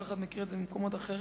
כל אחד מכיר את זה ממקומות אחרים.